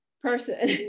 person